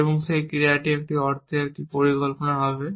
এবং সেই ক্রিয়াটি সেই অর্থে একটি পরিকল্পনা হবে